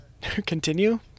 Continue